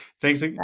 Thanks